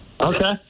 Okay